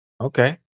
Okay